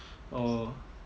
oh